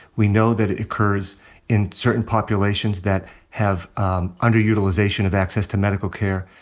we know that it occurs in certain populations that have um underutilization of access to medical care.